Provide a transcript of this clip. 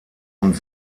und